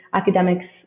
academics